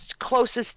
closest